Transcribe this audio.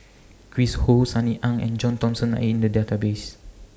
Chris Ho Sunny Ang and John Thomson Are in The Database